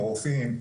הרופאים,